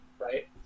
Right